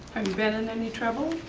been in any trouble?